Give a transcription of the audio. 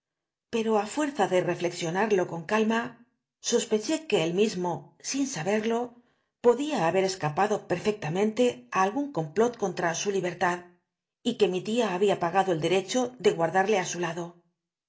pero á fuerza de cllcxional'lo con calma sospeché que él mismo sin sabel'lo podía haber escapado perfectamente ti algun complot contra su libertad y que mi tia hnbia pagado el deecho de guardal'lc á su latlo